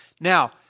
Now